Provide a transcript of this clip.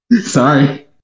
Sorry